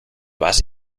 vas